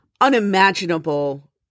unimaginable